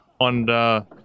on